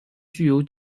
具有